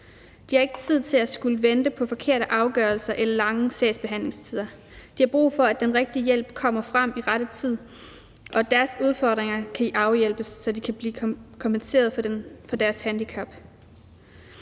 De har ikke tid til at skulle vente på forkerte afgørelser eller lange sagsbehandlingstider. De har brug for, at den rigtige hjælp kommer frem i rette tid, og at deres udfordringer kan afhjælpes, så de kan blive kompenseret for deres handicap.